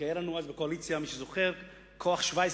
כי מי שזוכר, היה לנו אז בקואליציה "כוח 17"